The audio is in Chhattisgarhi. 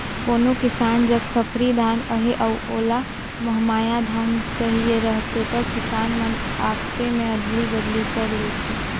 कोनो किसान जग सफरी धान अहे अउ ओला महमाया धान चहिए रहथे त किसान मन आपसे में अदली बदली कर लेथे